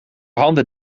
handen